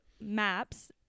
maps